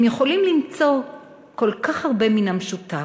הם יכולים למצוא כל כך הרבה מן המשותף.